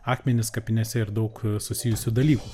akmenis kapinėse ir daug susijusių dalykų